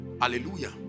Hallelujah